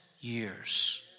years